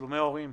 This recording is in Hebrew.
תשלומי הורים.